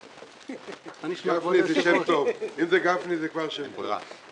אם זה גפני, זה כבר שם טוב.